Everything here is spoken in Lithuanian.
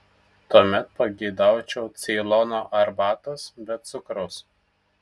tuomet pageidaučiau ceilono arbatos be cukraus